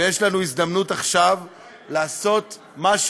ויש לנו הזדמנות עכשיו לעשות, יואל.